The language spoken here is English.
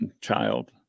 child